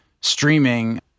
streaming